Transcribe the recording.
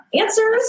answers